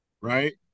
right